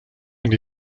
and